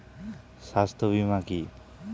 স্বাস্থ্য বীমা কি?